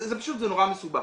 זה נורא מסובך,